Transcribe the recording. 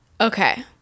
Okay